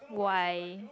why